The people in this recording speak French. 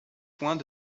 points